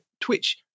Twitch